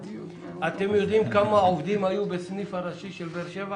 אתם יודעים כמה עובדים היו בסניף הראשי של באר שבע?